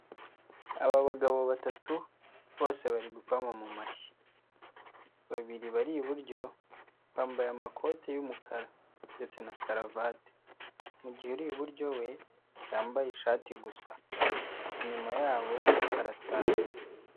Aba bagabo batatu bose bari gukoma mu mashyi. Babiri bari iburyo bambaye amakote y'umukara ndetse na karavate. Mu gihe uri iburyo we yambaye ishati gusa. Inyuma yabo haratatse.